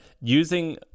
using